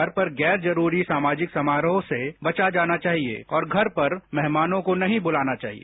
घर पर गैर जरूरी सामाजिक समारोहसे बचा जाना चाहिए और घर पर मेहमानों को नहीं बुलाना चाहिए